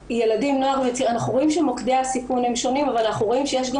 אנחנו רואים שמוקדי הסיכון הם שונים אבל אנחנו רואים שיש גם